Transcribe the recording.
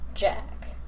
Jack